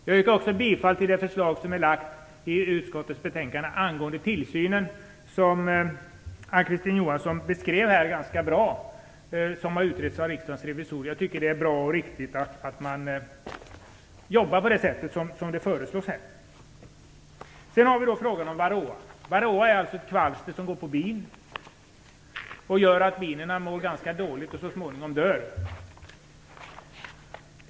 Jag yrkar också bifall till det förslag som framkommer i utskottets hemställan angående tillsynen. Ann-Kristine Johansson beskrev den frågan bra, och frågan har utretts av riksdagens revisorer. Det är bra och riktigt att jobba på det sätt som föreslås här. Sedan har vi frågan om varroakvalster. Varroa är ett kvalster som angriper bin. Bina mår dåligt och dör så småningom.